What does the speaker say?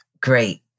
Great